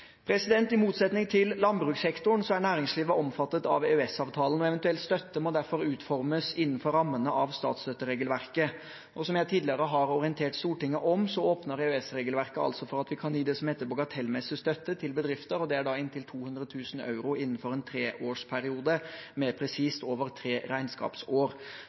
I motsetning til landbrukssektoren er næringslivet omfattet av EØS-avtalen, og eventuell støtte må derfor utformes innenfor rammene av statsstøtteregelverket. Og som jeg tidligere har orientert Stortinget om, åpner EØS-regelverket for at vi kan gi det som heter bagatellmessig støtte til bedrifter. Det er da inntil 200 000 euro innenfor en treårsperiode, mer presist over tre regnskapsår.